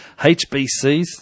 HBCs